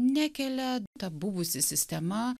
nekelia ta buvusi sistema